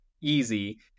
easy